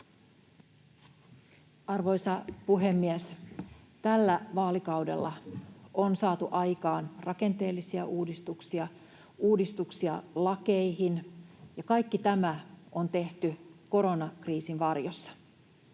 Arvoisa puhemies! Tällä vaalikaudella on saatu aikaan rakenteellisia uudistuksia, uudistuksia lakeihin, ja kaikki tämä on tehty koronakriisin varjossa.